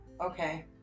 Okay